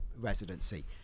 residency